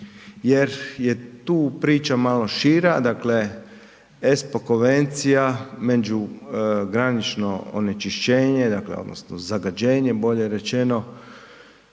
jer je tu priča malo šira, dakle ESPO konvencija međugranično onečišćenje dakle odnosno zagađenje bolje rečeno